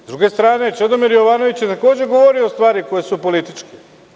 Sa druge strane Čedomir Jovanović je takođe govorio stvari koje su političke.